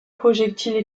projectiles